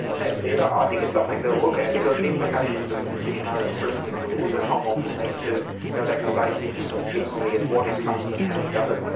that said, i think it's something to look at, because the implications of the decision are extremely broad the commonwealth will need to go back to basics and look generally at what it funds and how it does it,